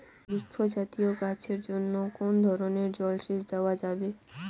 বৃক্ষ জাতীয় গাছের জন্য কোন ধরণের জল সেচ দেওয়া যাবে?